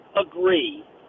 agree